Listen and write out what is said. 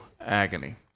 agony